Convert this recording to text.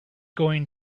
going